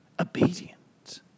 obedient